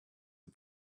are